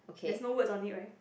there's no words on it right